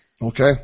Okay